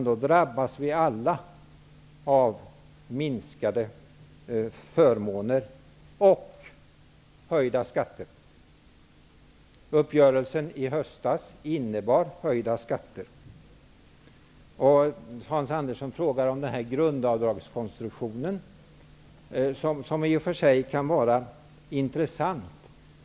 Då drabbas vi alla av minskade förmåner och höjda skatter. Uppgörelsen i höstas innebar höjda skatter. Hans Andersson frågade om grundavdragskonstruktionen, som i och för sig kan vara intressant.